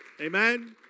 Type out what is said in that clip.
Amen